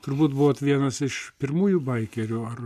turbūt buvo vienas iš pirmųjų baikerių ar